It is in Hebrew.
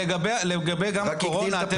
לגבי הקורונה,